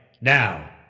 Now